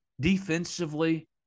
defensively